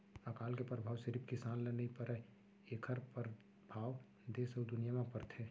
अकाल के परभाव सिरिफ किसान ल नइ परय एखर परभाव देस अउ दुनिया म परथे